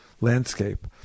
landscape